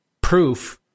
proof